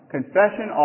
Confession